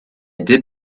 did